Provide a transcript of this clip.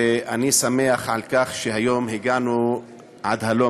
ואני שמח על כך שהיום הגענו עד הלום,